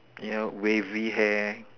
yup wavy hair